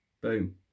boom